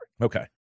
Okay